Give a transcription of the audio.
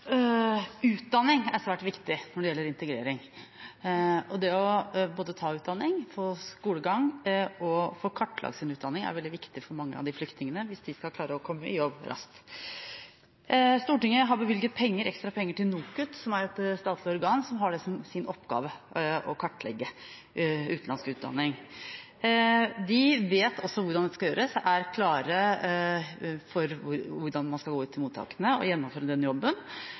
svært viktig når det gjelder integrering. Og det å ta utdanning – få skolegang og få kartlagt sin utdanning – er veldig viktig for mange av de flyktningene hvis de skal klare å komme i jobb raskt. Stortinget har bevilget ekstra penger til NOKUT, som er et statlig organ som har det som sin oppgave å kartlegge utenlandsk utdanning. De vet også hvordan dette skal gjøres, de er klare for hvordan man skal gå ut i mottakene og gjennomføre den jobben,